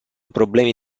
problemi